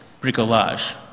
bricolage